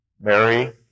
Mary